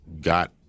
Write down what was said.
got